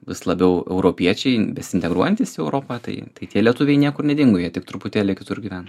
vis labiau europiečiai besiintegruojantys į europa tai tai tie lietuviai niekur nedingo jie tik truputėlį kitur gyvena